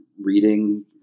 reading